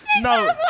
No